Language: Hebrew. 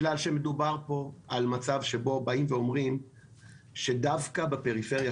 אני עושה שלטים כי מדובר פה על מצב שבו באים ואומרים שדווקא בפריפריה,